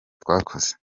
twakoze